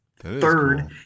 third